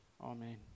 Amen